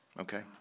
okay